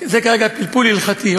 זה כרגע פלפול הלכתי,